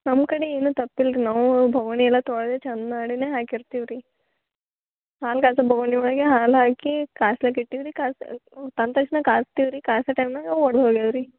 ನಮ್ಮ ಕಡೆ ಏನು ತಪ್ಪಿಲ್ಲ ರೀ ನಾವೂ ಬಾವಾಣಿ ಎಲ್ಲ ತೊಳ್ಸು ಚೆಂದ ಮಾಡಿಯೇ ಹಾಕಿರ್ತೀವಿ ರೀ ಹಂಗೆ ಅದು ಬಾವಾಣಿ ಒಳಗೆ ಹಾಲು ಹಾಕಿ ಕಾಯಿಸ್ಲಿಕ್ಕೆ ಇಟ್ಟಿದ್ದರೆ ಕಾ ತಂದ ತಕ್ಷಣ ಕಾಯಿಸ್ತೀವಿ ರೀ ಕಾಯಿಸೋ ಟೈಮ್ನಾಗ ಒಡ್ದೋಗ್ಯವ ರೀ